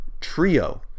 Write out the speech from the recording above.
trio